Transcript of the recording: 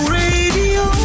radio